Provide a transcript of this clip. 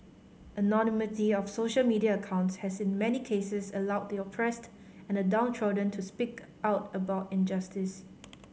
anonymity of social media accounts has in many cases allowed the oppressed and the downtrodden to speak out about injustice